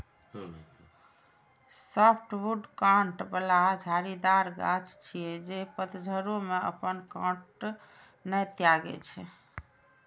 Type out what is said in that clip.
softwood कांट बला झाड़ीदार गाछ छियै, जे पतझड़ो मे अपन कांट नै त्यागै छै